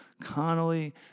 Connolly